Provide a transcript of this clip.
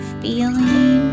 feeling